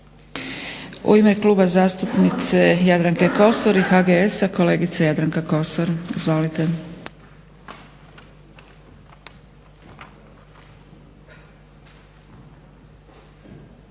U ime kluba zastupnice Jadranke Kosor i HGS-a kolegica Jadranka Kosor, izvolite.